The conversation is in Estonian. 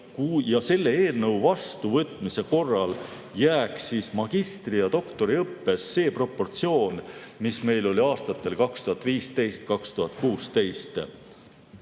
ja selle eelnõu vastuvõtmise korral jääks magistri‑ ja doktoriõppes see proportsioon, mis meil oli aastatel 2015–2016.